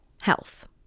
health